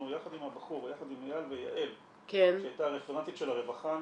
יחד עם אייל ויעל שהייתה הרפרנטית של הרווחה,